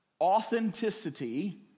authenticity